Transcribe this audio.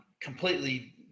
completely